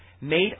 made